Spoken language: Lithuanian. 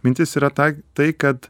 mintis yra tą tai kad